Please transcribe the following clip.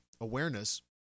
awareness